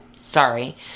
Sorry